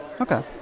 Okay